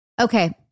Okay